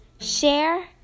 share